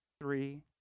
three